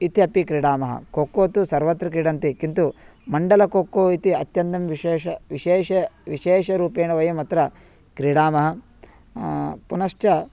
इत्यपि क्रीडामः कोक्को तु सर्वत्र क्रीडन्ति किन्तु मण्डलकोक्को इति अत्यन्तं विशेषः विशेषः विशेषरूपेण वयम् अत्र क्रीडामः पुनश्च